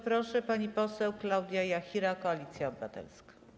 Proszę, pani poseł Klaudia Jachira, Koalicja Obywatelska.